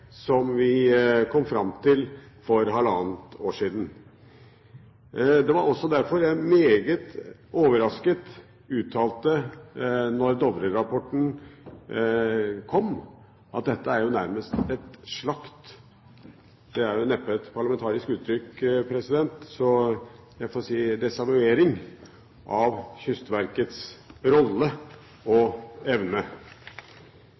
vi kom fram til for halvannet år siden. Det var også derfor jeg meget overrasket uttalte da Dovre-rapporten kom, at dette er jo nærmest et slakt – det er neppe et parlamentarisk uttrykk så jeg får si desavuering – av Kystverkets rolle